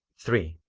three.